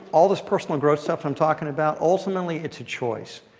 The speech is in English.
all this personal growth stuff i'm talking about, ultimately it's a choice.